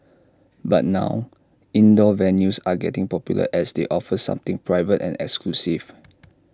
but now indoor venues are getting popular as they offer something private and exclusive